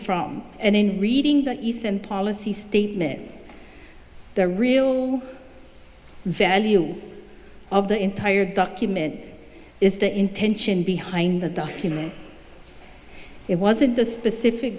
from and in reading that eastern policy statement the real value of the entire document is the intention behind the documents it wasn't the specific